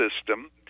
system